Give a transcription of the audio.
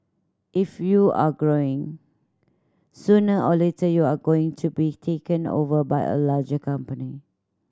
if you're growing sooner or later you are going to be taken over by a larger company